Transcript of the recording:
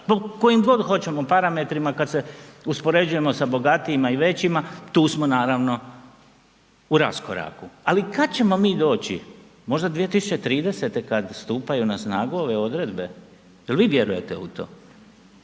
po kojim god hoćemo parametrima kad se uspoređujemo sa bogatijima i većima tu smo naravno u raskoraku. Ali kad ćemo mi doći, možda 2030. kad stupaju na snagu ove odredbe, jel vi vjerujete u to,